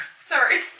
Sorry